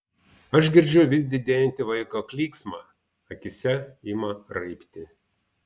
aš girdžiu vis didėjantį vaiko klyksmą akyse ima raibti